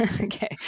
okay